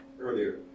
earlier